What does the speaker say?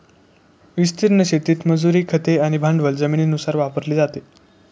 विस्तीर्ण शेतीत मजुरी, खते आणि भांडवल जमिनीनुसार वापरले जाते